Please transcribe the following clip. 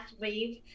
leave